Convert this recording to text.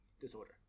disorder